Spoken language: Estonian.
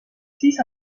siis